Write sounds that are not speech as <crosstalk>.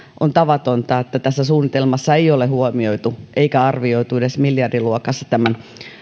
on tavatonta että tässä suunnitelmassa ei ole huomioitu eikä arvioitu edes miljardiluokassa tämän <unintelligible>